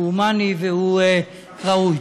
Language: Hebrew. הוא הומני והוא ראוי.